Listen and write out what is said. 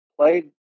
played